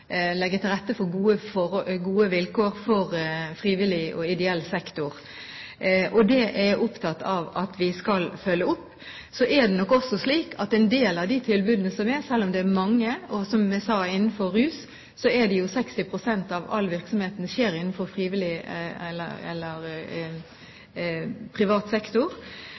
legge til rette for gode vilkår for frivillig og ideell sektor. Det er jeg opptatt av at vi skal følge opp. Så er det nok også slik at når det gjelder en del av de tilbudene som finnes, selv om det er mange – som jeg sa, så skjer 60 pst. av all virksomhet innenfor rusfeltet i frivillig eller privat sektor